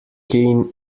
keen